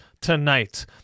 tonight